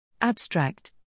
Abstract